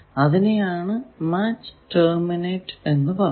അതിനെയാണ് match terminate എന്ന് പറയുന്നത്